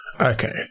Okay